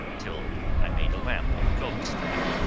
till i made a lamp of goat's fat,